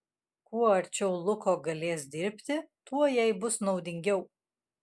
kuo arčiau luko galės dirbti tuo jai bus naudingiau